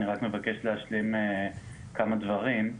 אני רק מבקש להשלים כמה דברים.